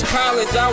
college